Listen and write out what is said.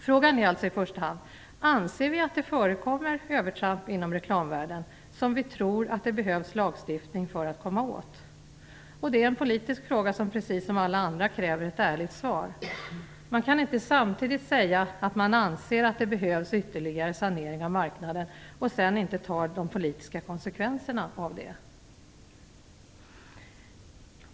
Frågan är alltså i första hand: Anser vi att det förekommer övertramp inom reklamvärlden som vi tror att det behövs lagstiftning för att komma åt? Det är en politisk fråga, som precis som alla andra kräver ett ärligt svar. Man kan inte samtidigt säga att man anser att det behövs ytterligare sanering av marknaden och sedan inte ta de politiska konsekvenserna av det.